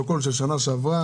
בשנה שעברה